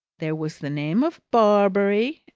there was the name of barbary,